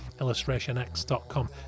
illustrationx.com